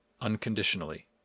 unconditionally